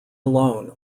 alone